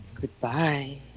goodbye